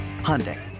Hyundai